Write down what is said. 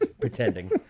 pretending